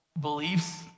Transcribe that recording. beliefs